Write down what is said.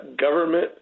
government